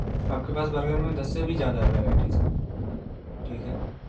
आपके पास बर्गर में दस से भी ज़्यादा वैराइटीज़ हैं ठीक है